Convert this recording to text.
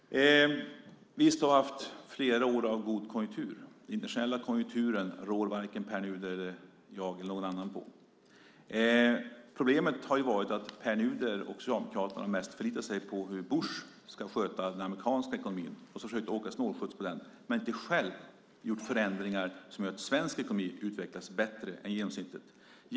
Fru talman! Visst har vi haft flera år av god konjunktur. Den internationella konjunkturen rår varken Pär Nuder, jag eller någon annan på. Problemet har varit att Pär Nuder och Socialdemokraterna mest har förlitat sig på hur Bush ska sköta den amerikanska ekonomin och försökt åka snålskjuts på den. De har inte själva gjort några förändringar som har gjort att svensk ekonomi har utvecklats bättre än genomsnittet.